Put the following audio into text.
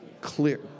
clear